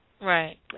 right